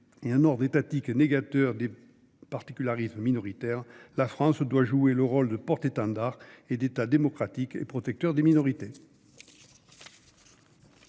et un ordre étatique négateur des particularismes minoritaires, la France doit jouer le rôle de porte-étendard des États démocratiques et de protecteur des minorités.